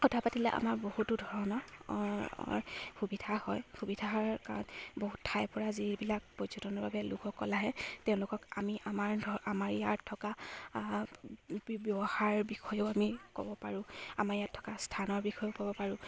কথা পাতিলে আমাৰ বহুতো ধৰণৰ সুবিধা হয় সুবিধা কাৰণ বহুত ঠাইৰ পৰা যিবিলাক পৰ্যটনৰ বাবে লোকসকল আহে তেওঁলোকক আমি আমাৰ আমাৰ ইয়াত থকা ব্যৱহাৰ বিষয়েও আমি ক'ব পাৰোঁ আমাৰ ইয়াত থকা স্থানৰ বিষয়েও ক'ব পাৰোঁ